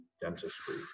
dentistry